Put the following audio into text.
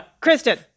Kristen